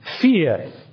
Fear